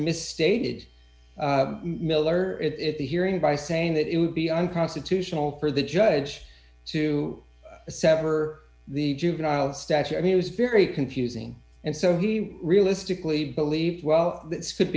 misstated miller it at the hearing by saying that it would be unconstitutional for the judge to sever the juvenile statue i mean it was very confusing and so he realistically believed well that would